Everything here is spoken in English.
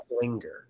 linger